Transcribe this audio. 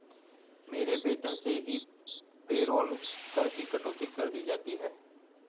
मेरे वेतन से ही पेरोल कर की कटौती कर दी जाती है